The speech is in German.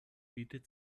bietet